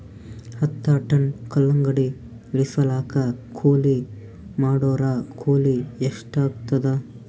ಹತ್ತ ಟನ್ ಕಲ್ಲಂಗಡಿ ಇಳಿಸಲಾಕ ಕೂಲಿ ಮಾಡೊರ ಕೂಲಿ ಎಷ್ಟಾತಾದ?